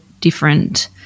different